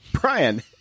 Brian